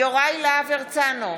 יוראי להב הרצנו,